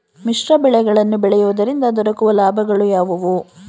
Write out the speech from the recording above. ಮಿಶ್ರ ಬೆಳೆಗಳನ್ನು ಬೆಳೆಯುವುದರಿಂದ ದೊರಕುವ ಲಾಭಗಳು ಯಾವುವು?